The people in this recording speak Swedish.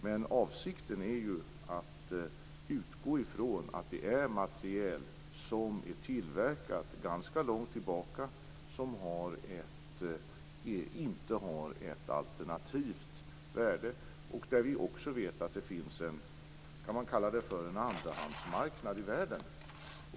Men avsikten är att utgå från att det är materiel som är tillverkat ganska långt tillbaka i tiden, som inte har ett alternativt värde och där vi också vet att det finns vad man kan kalla en andrahandsmarknad i världen.